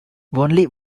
only